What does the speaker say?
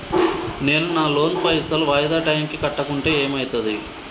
నేను నా లోన్ పైసల్ వాయిదా టైం కి కట్టకుంటే ఏమైతది?